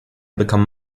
become